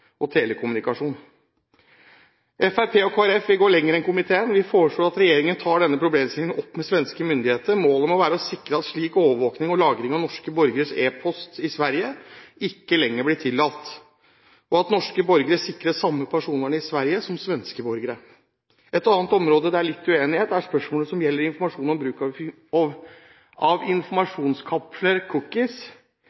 telekommunikasjon. Fremskrittspartiet og Kristelig Folkeparti vil gå lenger enn komiteen. Vi foreslår at regjeringen tar denne problemstillingen opp med svenske myndigheter. Målet må være å sikre at slik overvåking og lagring av norske borgeres e-post i Sverige ikke lenger blir tillatt, og at norske borgere sikres samme personvern i Sverige som svenske borgere. Et annet område der det er litt uenighet, gjelder spørsmålet om bruk av informasjonskapsler, cookies. Her vil partiene Høyre, Kristelig Folkeparti og